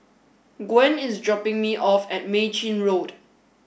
Gwen is dropping me off at Mei Chin Road